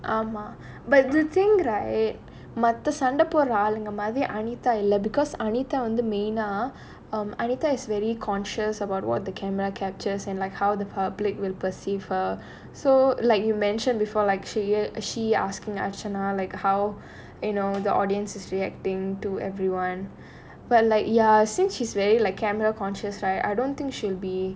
ஆமா:aamaa but the thing right மத்த சண்ட போடுற ஆளுங்க மாரி:maththa sanda podura aalunga maari anita இல்ல:illa because anita வந்து:vanthu main ah um anita is very conscious about what the camera captures and like how the public will perceive or so like you mentioned before like she asking archana like how eh no the audience is reacting to everyone but like ya since she's very like camera conscious right I don't think should be